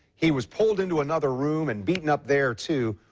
he was pulled into another room and beaten up there, too.